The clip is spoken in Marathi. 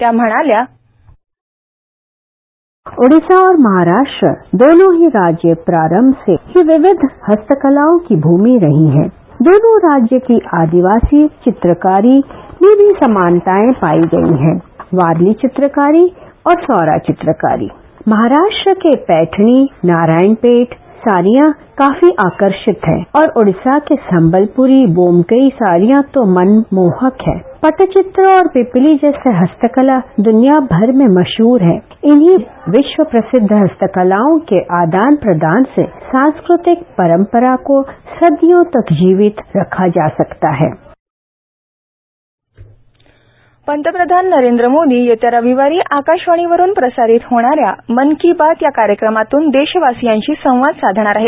त्या म्हणाल्या की ओडिसा और महाराष्ट्र दोनो ही राज्य प्रारंभ से विविध हस्तकलाओं की भूमी रहि है दोनो राज्यो कि आदिवासी चित्रकारी में भी समानताएं पायी गयी है वार्ले चित्रकारी और सौरा चित्रकारी महाराष्ट की पैठणी नारायणपेठ काफी आकर्षक है और ओडिसा के संबंलपरी बोमकाई साडियां तो मनमोहक है पटचित्र और पिपली जैसी हस्तकला दनियाभर मे मशहर है इन्ही विश्वप्रसिद्ध हस्तकलाओं के आदान प्रदान से सांस्कृतिक परंपरा को सदयों तक जीवित रखा जा सकता है पंतप्रधान नरेंद्र मोदी येत्या रविवारी आकाशवाणीवरुन प्रसारित होणाऱ्या मन की बात या कार्यक्रमातून देशवासियांशी संवाद साधणार आहेत